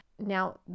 Now